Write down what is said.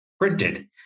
printed